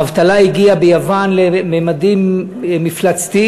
האבטלה ביוון הגיעה לממדים מפלצתיים.